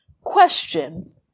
Question